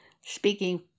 speaking